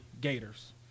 Gators